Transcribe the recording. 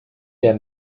der